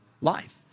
life